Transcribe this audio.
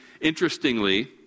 Interestingly